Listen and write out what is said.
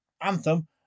anthem